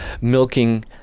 milking